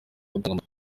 gutanga